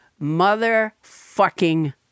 motherfucking